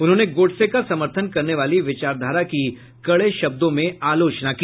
उन्होंने गोडसे का समर्थन करने वाली विचारधारा की कड़े शब्दों में आलोचना की